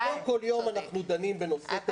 כל יום אנחנו דנים בנושא כזה.